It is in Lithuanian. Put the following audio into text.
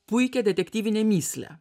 puikią detektyvinę mįslę